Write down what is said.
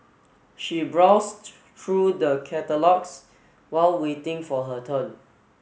she browsed through the catalogues while waiting for her turn